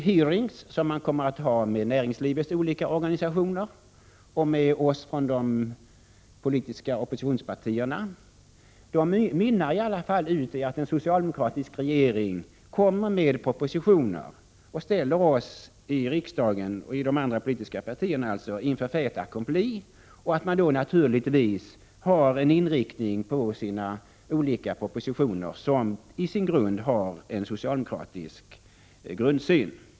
Hearingar som kommer att äga rum med näringslivets olika organisationer och med oss från de politiska oppositionspartierna kommer ändå att mynna ut i att en socialdemokratisk regering lägger fram propositioner och ställer oss i riksdagen, dvs. oss i oppositionspartierna, inför fait accompli. Regeringen kommer naturligtvis att ge sina propositioner en inriktning som har en socialdemokratisk grundsyn.